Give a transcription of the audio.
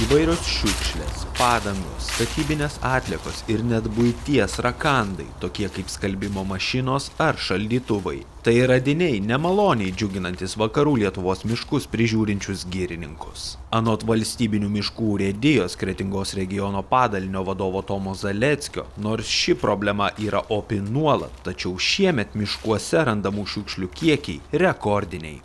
įvairios šiukšlės padangos statybinės atliekos ir net buities rakandai tokie kaip skalbimo mašinos ar šaldytuvai tai radiniai nemaloniai džiuginantys vakarų lietuvos miškus prižiūrinčius girininkus anot valstybinių miškų urėdijos kretingos regiono padalinio vadovo tomo zaleckio nors ši problema yra opi nuolat tačiau šiemet miškuose randamų šiukšlių kiekiai rekordiniai